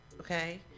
okay